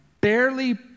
barely